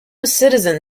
citizen